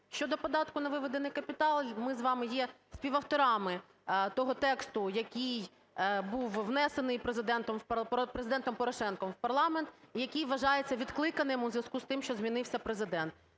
Щодо податку на виведений капітал, ми з вами є співавторами того тексту, який був внесений Президентом Порошенком в парламент, який вважається відкликаним у зв'язку з тим, що змінився Президент.